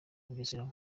bugesera